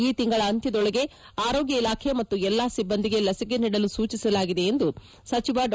ಈ ತಿಂಗಳ ಅಂತ್ಯದೊಳಗೆ ಆರೋಗ್ಯ ಇಲಾಖೆ ಮತ್ತು ಎಲ್ಲಾ ಸಿಬ್ಬಂದಿಗೆ ಲಸಿಕೆ ನೀಡಲು ಸೂಚಿಸಲಾಗಿದೆ ಎಂದು ಸಚಿವ ಡಾ